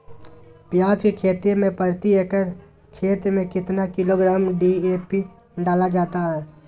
प्याज की खेती में प्रति एकड़ खेत में कितना किलोग्राम डी.ए.पी डाला जाता है?